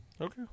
Okay